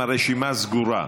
הרשימה סגורה.